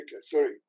sorry